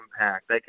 impact